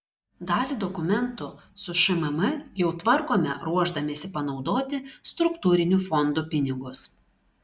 dalį dokumentų su šmm jau tvarkome ruošdamiesi panaudoti struktūrinių fondų pinigus